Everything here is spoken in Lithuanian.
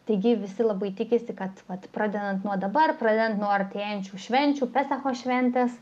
taigi visi labai tikisi kad vat pradedant nuo dabar pradedant nuo artėjančių švenčių sako šventės